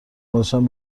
گذاشتن